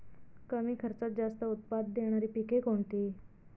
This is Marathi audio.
कमी खर्चात जास्त उत्पाद देणारी पिके कोणती?